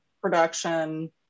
production